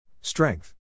Strength